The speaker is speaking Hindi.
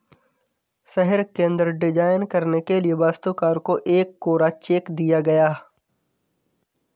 शहर केंद्र डिजाइन करने के लिए वास्तुकार को एक कोरा चेक दिया गया